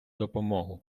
допомогу